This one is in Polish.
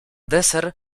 deser